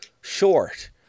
short